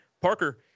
Parker